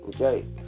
okay